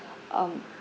um